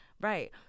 Right